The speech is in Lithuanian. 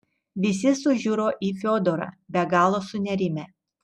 visi sužiuro į fiodorą be galo sunerimę